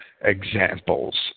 examples